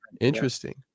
Interesting